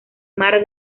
mar